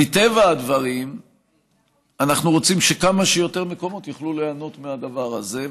מטבע הדברים אנחנו רוצים שכמה שיותר מקומות יוכלו ליהנות מהדבר הזה,